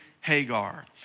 Hagar